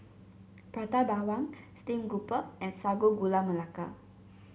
Prata Bawang Steamed Grouper and Sago Gula Melaka